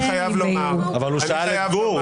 אני חייב לומר --- אבל הוא שאל את גור.